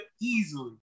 Easily